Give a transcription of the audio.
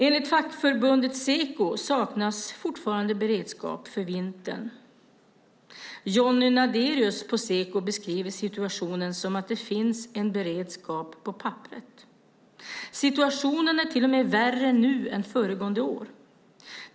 Enligt fackförbundet Seko saknas fortfarande beredskap för vintern. Johnny Nadérus på Seko beskriver situationen som att det finns en beredskap på papperet. Situationen är till och med värre nu än föregående år.